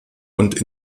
und